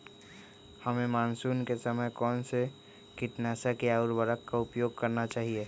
हमें मानसून के समय कौन से किटनाशक या उर्वरक का उपयोग करना चाहिए?